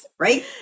Right